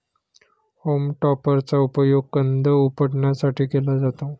home टॉपरचा उपयोग कंद उपटण्यासाठी केला जातो